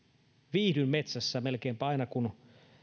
viihdyn metsässä ja melkeinpä aina kun